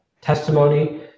testimony